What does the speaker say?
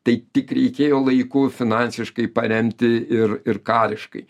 tai tik reikėjo laiku finansiškai paremti ir ir kariškai